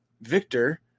Victor